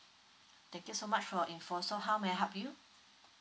thank you so much for your info so how may I help you